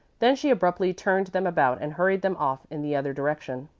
then she abruptly turned them about and hurried them off in the other direction.